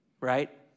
right